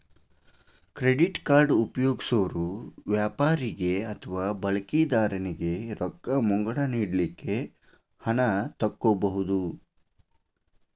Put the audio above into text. credit card ಉಪಯೊಗ್ಸೊರು ವ್ಯಾಪಾರಿಗೆ ಅಥವಾ ಬಳಕಿದಾರನಿಗೆ ರೊಕ್ಕ ಮುಂಗಡ ನೇಡಲಿಕ್ಕೆ ಹಣ ತಕ್ಕೊಬಹುದು